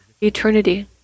eternity